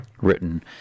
Written